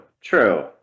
true